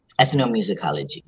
Ethnomusicology